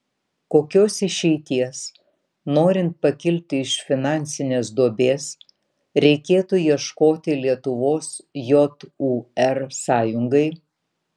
kokios išeities norint pakilti iš finansinės duobės reikėtų ieškoti lietuvos jūr sąjungai